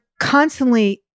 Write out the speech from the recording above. constantly